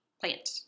Plant